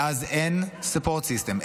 ואז אין support system,